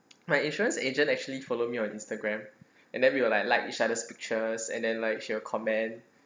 my insurance agent actually follow me on Instagram and then we will like like each other's pictures and then like she will comment